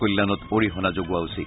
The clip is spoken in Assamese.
কল্যাণত অহিৰণা যোগোৱা উচিত